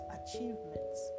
achievements